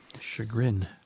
Chagrin